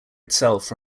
itself